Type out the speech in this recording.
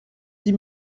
dix